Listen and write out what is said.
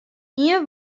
ien